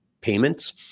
payments